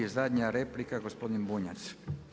I zadnja replika gospodin Bunjac.